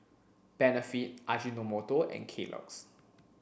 Benefit Ajinomoto and Kellogg's